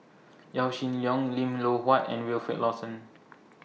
Yaw Shin Leong Lim Loh Huat and Wilfed Lawson